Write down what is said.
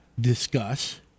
discuss